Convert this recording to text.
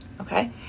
okay